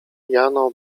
jano